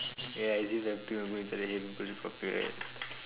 ya as if everything will go inside your head when people talk to you